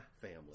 family